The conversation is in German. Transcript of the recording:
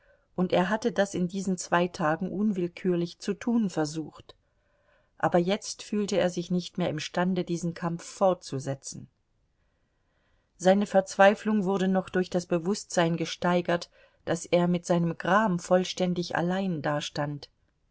und er hatte das in diesen zwei tagen unwillkürlich zu tun versucht aber jetzt fühlte er sich nicht mehr imstande diesen kampf fortzusetzen seine verzweiflung wurde noch durch das bewußtsein gesteigert daß er mit seinem gram vollständig allein dastand